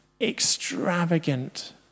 extravagant